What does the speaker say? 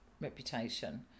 reputation